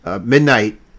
midnight